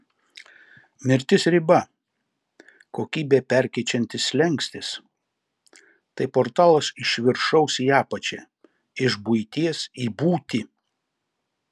mirtis riba kokybę perkeičiantis slenkstis tai portalas iš viršaus į apačią iš buities į būtį